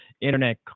internet